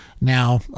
now